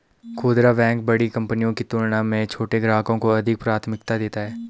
खूदरा बैंक बड़ी कंपनियों की तुलना में छोटे ग्राहकों को अधिक प्राथमिकता देती हैं